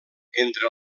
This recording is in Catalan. entre